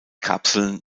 kapseln